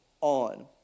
on